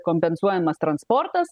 kompensuojamas transportas